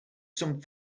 some